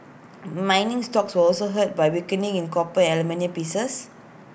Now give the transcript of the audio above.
mining stocks were also hurt by weakening in copper and aluminium prices